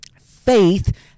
faith